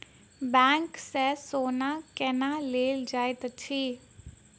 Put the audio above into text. bank सँ सोना केना लेल जाइत अछि